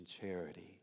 charity